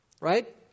right